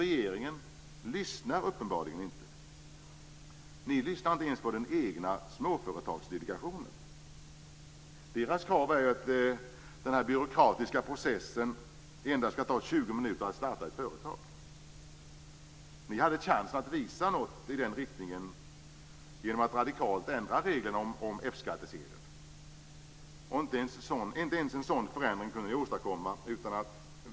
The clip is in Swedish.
Regeringen lyssnar uppenbarligen inte. Den lyssnar inte ens på den egna Småföretagsdelegationen. Dess krav är att den byråkratiska processen när man startar ett företag endast skall ta 20 minuter. Regeringen hade en chans att visa något i den riktningen genom att radikalt ändra reglerna om F-skattsedel. Men inte ens en sådan förändring kunde regeringen åstadkomma.